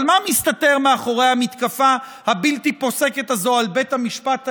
אבל מה מסתתר מאחורי המתקפה הבלתי-פוסקת הזו על בית המשפט העליון,